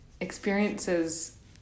experiences